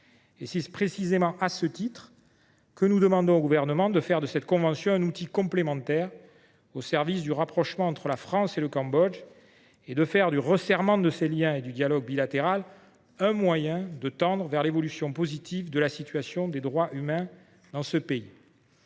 Et c’est précisément à ce titre que nous demandons au Gouvernement de faire de cette convention un outil complémentaire au service du rapprochement entre la France et le Cambodge et de faire du resserrement de ces liens et du dialogue bilatéral un moyen de tendre vers une évolution positive de la situation des droits humains dans ce pays.